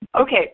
Okay